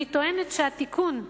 אני טוענת שהתיקון,